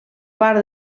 part